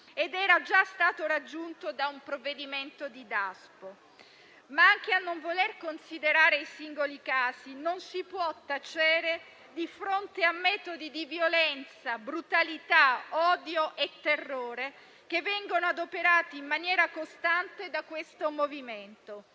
ed era già stato raggiunto da un provvedimento di Daspo. Anche a non voler considerare i singoli casi, non si può tacere di fronte a metodi di violenza, brutalità, odio e terrore che vengono adoperati in maniera costante da tale movimento.